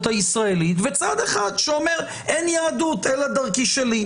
הישראלית" וצד אחד שאומר "אין יהדות אלא דרכי שלי".